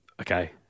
Okay